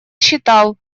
считал